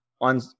on